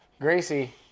Gracie